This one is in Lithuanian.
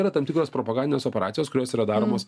yra tam tikras propagandinės operacijos kurios yra daromos